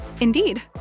Indeed